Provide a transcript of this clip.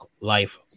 life